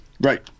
Right